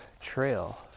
trail